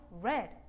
red